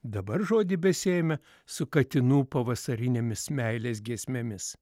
dabar žodį besiejame su katinų pavasarinėmis meilės giesmėmis